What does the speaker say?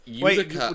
Wait